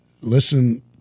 listen